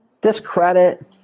Discredit